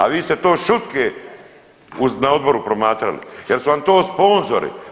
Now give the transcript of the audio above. A vi ste to šutke na odboru promatrali, jer su vam to sponzori.